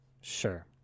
Sure